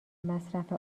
مصرف